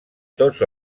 tots